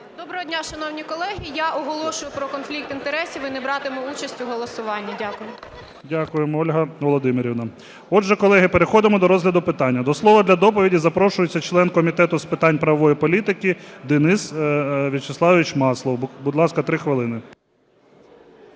Доброго дня, шановні колеги. Я оголошую про конфлікт інтересів і не братиму участь у голосуванні. Дякую. ГОЛОВУЮЧИЙ. Дякуємо, Ольга Володимирівна. Отже, колеги, переходимо до розгляду питання. До слова для доповіді запрошується член Комітету з питань правової політики Денис Вячеславович Маслов. Будь ласка, 3 хвилини.